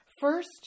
First